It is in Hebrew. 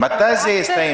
מתי זה ייגמר?